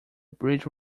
bridge